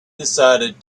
decided